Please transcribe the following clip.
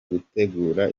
gutegura